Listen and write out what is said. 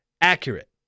accurate